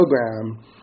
program